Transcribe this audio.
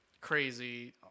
crazy